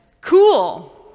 Cool